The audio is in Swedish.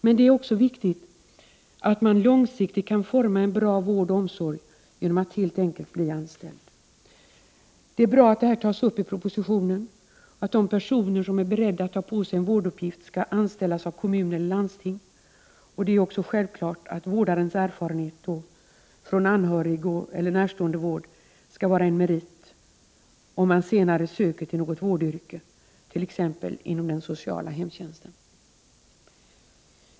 Men det är också viktigt att människor långsiktigt kan forma en bra vård och omsorg genom att helt enkelt bli anställda. Det är bra att detta tas upp i propositionen, så att de personer som är beredda att ta på sig en vårduppgift skall anställas av kommun eller landsting. Det är också självklart att vårdarens erfarenhet från anhörigeller närståendevård skall vara en merit om han senare söker till något vårdyrke, t.ex. inom den sociala hemtjänsten.